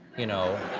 you know?